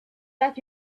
that